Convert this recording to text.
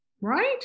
Right